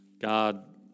God